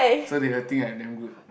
so they will think I'm damn good